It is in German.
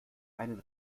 einen